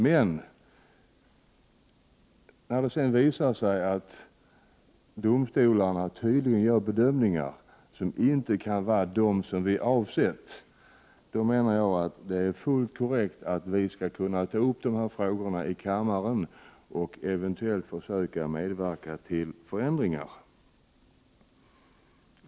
Men när det visar sig att domstolarna gör bedömningar som vi inte har avsett, då menar jag att det är fullt korrekt att vi tar upp dessa frågor i kammaren och att vi eventuellt försöker medverka till förändringar.